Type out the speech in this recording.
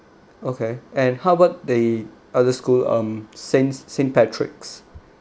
okay and how about the other school um saint saint patrick's